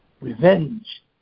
revenge